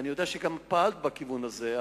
ואני יודע שגם פעלת בכיוון הזה.